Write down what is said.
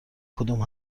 کدوم